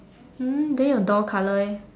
um then your door colour eh